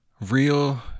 real